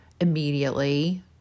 immediately